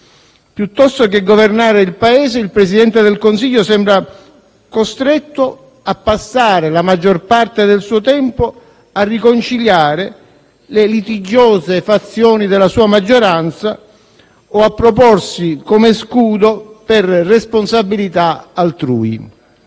Piuttosto che governare il Paese, il Presidente del Consiglio sembra costretto a passare la maggior parte del suo tempo a riconciliare le litigiose fazioni della sua maggioranza o a proporsi come scudo per responsabilità altrui.